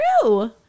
true